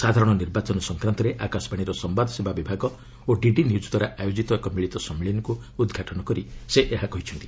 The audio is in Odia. ସାଧାରଣ ନିର୍ବାଚନ ସଂକ୍ରାନ୍ତରେ ଆକାଶବାଣୀର ସମ୍ଭାଦ ସେବା ବିଭାଗ ଓ ଡିଡି ନ୍ୟୁକ୍ ଦ୍ୱାରା ଆୟୋକିତ ଏକ ମିଳିତ ସମ୍ମିଳନୀକୁ ଉଦ୍ଘାଟନ କରି ସେ ଏହା କହିଛନ୍ତି